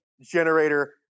generator